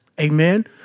Amen